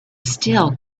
still